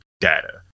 data